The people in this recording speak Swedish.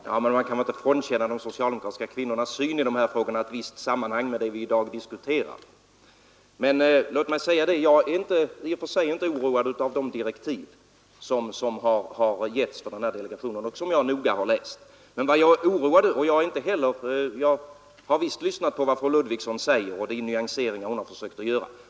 Herr talman! Man kan inte frånkänna de socialdemokratiska kvinnornas syn i de här frågorna ett visst samband med det vi i dag diskuterar. Jag är inte i och för sig oroad över direktiv som har getts delegationen och som jag noga har läst, och jag har visst lyssnat till vad fru Ludvigsson säger och de nyanseringar hon försökt göra.